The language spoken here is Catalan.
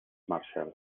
marshall